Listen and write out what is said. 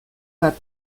bat